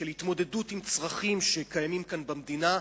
של התמודדות עם צרכים שקיימים כאן במדינה,